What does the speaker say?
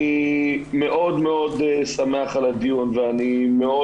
אני מאוד מאוד שמח על הדיון ואני מאוד